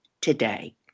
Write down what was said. today